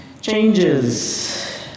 Changes